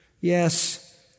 Yes